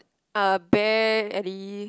uh bear any